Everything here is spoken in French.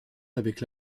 avec